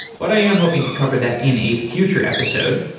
but i am hoping to cover that in a future episode.